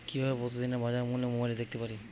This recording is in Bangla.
কিভাবে প্রতিদিনের বাজার মূল্য মোবাইলে দেখতে পারি?